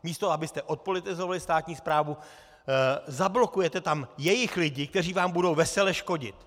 Místo abyste odpolitizovali státní správu, zablokujete tam jejich lidi, kteří vám budou vesele škodit.